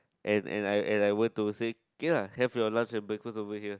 and and I and I were to say K lah have your lunch and breakfast over here